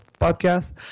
podcast